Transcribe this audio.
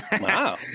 Wow